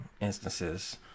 instances